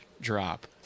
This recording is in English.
drop